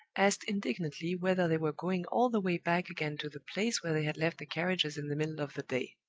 asked indignantly whether they were going all the way back again to the place where they had left the carriages in the middle of the day.